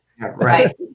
right